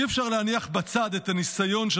אי-אפשר להניח בצד את הניסיון של